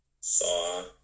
saw